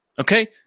okay